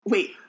Wait